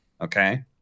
okay